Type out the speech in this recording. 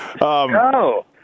No